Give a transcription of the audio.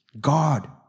God